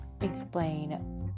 explain